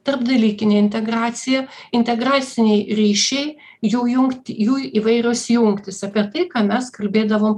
tarpdalykinė integracija integraciniai ryšiai jų jungti jų įvairios jungtys apie tai ką mes kalbėdavom